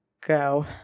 go